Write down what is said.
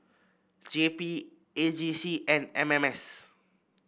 J P A J C and M M S